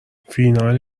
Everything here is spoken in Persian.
فینال